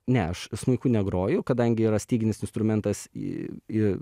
ne aš smuiku negroju kadangi yra styginis instrumentas į